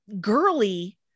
girly